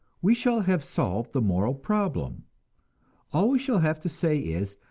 we shall have solved the moral problem all we shall have to say is,